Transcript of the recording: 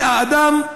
האדם,